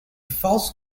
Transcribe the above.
false